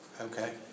Okay